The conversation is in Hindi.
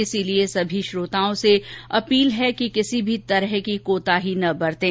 इसलिए सभी श्रोताओं से अपील है कि कोई भी कोताही न बरतें